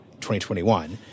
2021